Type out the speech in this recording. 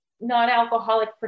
non-alcoholic